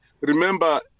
Remember